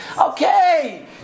Okay